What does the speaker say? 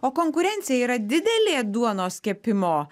o konkurencija yra didelė duonos kepimo